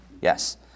Yes